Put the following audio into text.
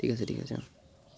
ঠিক আছে ঠিক আছে অঁ